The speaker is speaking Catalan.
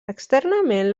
externament